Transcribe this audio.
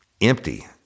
empty